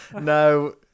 No